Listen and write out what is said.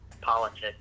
politics